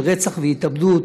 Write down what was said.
של רצח והתאבדות,